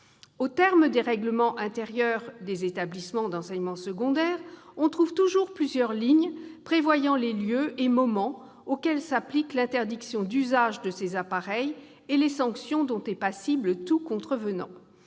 Dans le règlement intérieur des établissements d'enseignement secondaire, on trouve toujours plusieurs lignes prévoyant les lieux et moments auxquels s'applique l'interdiction d'usage de ces appareils et les sanctions dont est passible tout contrevenant.